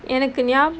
எனக்கு ஞா~:enakku nya~